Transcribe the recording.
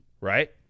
right